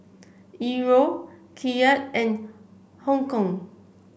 Euro Kyat and Hong Kong